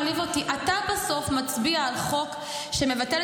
לא יזיק --- יש בי רצון שתעופו אל הדפים